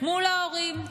מול ההורים.